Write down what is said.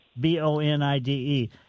B-O-N-I-D-E